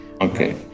Okay